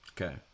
Okay